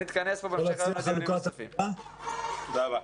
תודה רבה.